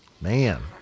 man